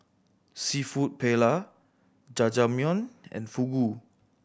Seafood Paella Jajangmyeon and Fugu